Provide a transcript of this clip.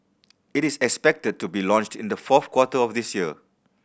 it is expected to be launched in the fourth quarter of this year